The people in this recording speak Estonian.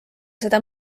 seda